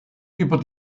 über